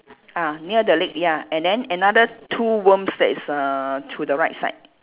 ah near the leg ya and then another two worms that is err to the right side